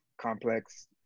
complex